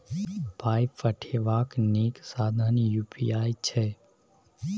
पाय पठेबाक नीक साधन यू.पी.आई छै